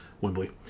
Wembley